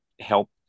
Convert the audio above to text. help